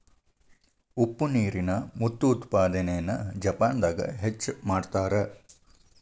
ಉಪ್ಪ ನೇರಿನ ಮುತ್ತು ಉತ್ಪಾದನೆನ ಜಪಾನದಾಗ ಹೆಚ್ಚ ಮಾಡತಾರ